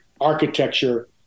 architecture